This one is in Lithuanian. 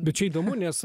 bet čia įdomu nes